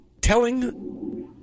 telling